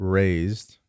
raised